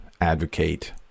advocate